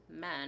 men